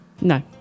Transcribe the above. No